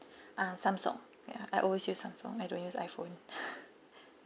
uh samsung ya I always use samsung I don't use iphone